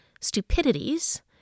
stupidities